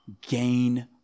gain